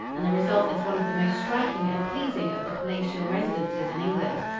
and the result is one of the most striking and pleasing of the palatial residences in england.